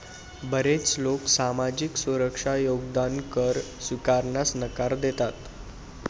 बरेच लोक सामाजिक सुरक्षा योगदान कर स्वीकारण्यास नकार देतात